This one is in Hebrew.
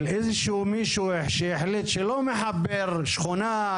של איזה שהוא מישהו שהחליט שלא מחבר שכונה,